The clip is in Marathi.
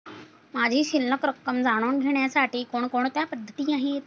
माझी शिल्लक रक्कम जाणून घेण्यासाठी कोणकोणत्या पद्धती आहेत?